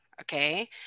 okay